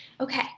Okay